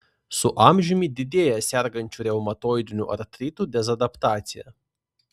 su amžiumi didėja sergančių reumatoidiniu artritu dezadaptacija